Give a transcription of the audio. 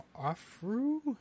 Afro